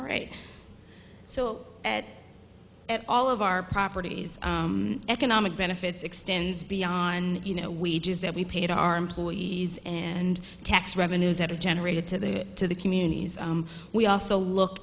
all right so at at all of our properties economic benefits extends beyond you know wages that we paid our employees and tax revenues that are generated to the to the communities we also look